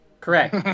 Correct